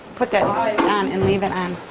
put that on and leave it on.